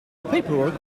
paperwork